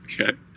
Okay